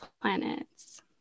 planets